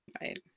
right